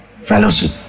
Fellowship